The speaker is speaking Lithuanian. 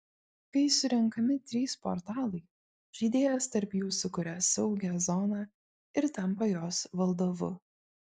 kai surenkami trys portalai žaidėjas tarp jų sukuria saugią zoną ir tampa jos valdovu